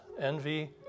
envy